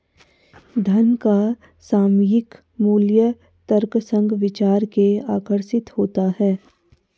धन का सामयिक मूल्य तर्कसंग विचार से आकर्षित होता है